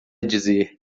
dizer